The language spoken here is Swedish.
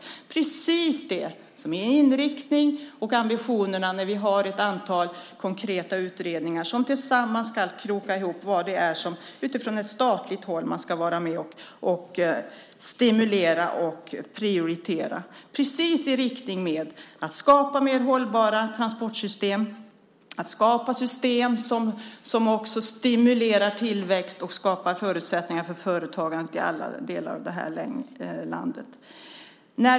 Det är precis detta som är vår inriktning och vår ambition med de utredningar som tillsammans ska kroka ihop vad man från statligt håll ska vara med och stimulera och prioritera. Det handlar precis om att man ska skapa hållbarare transportsystem och system som också skapar tillväxt och förutsättningar för företagande i alla delar av det här landet.